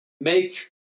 make